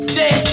day